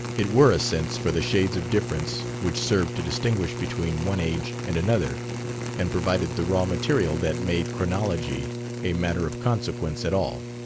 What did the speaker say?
it were a sense for the shades of difference which served to distinguish between one age and another and provided the raw material that made chronology a matter of consequence at all.